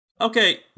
Okay